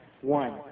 one